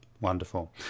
Wonderful